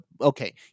okay